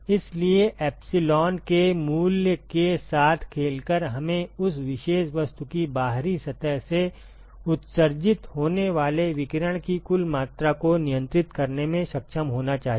इसलिए epsilon के मूल्य के साथ खेलकर हमें उस विशेष वस्तु की बाहरी सतह से उत्सर्जित होने वाले विकिरण की कुल मात्रा को नियंत्रित करने में सक्षम होना चाहिए